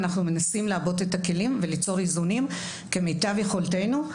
אנחנו מנסים לעבות את הכלים וליצור איזונים כמיטב יכולתנו.